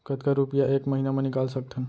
कतका रुपिया एक महीना म निकाल सकथन?